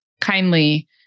kindly